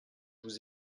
vous